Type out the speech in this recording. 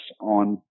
on